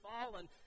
fallen